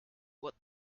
what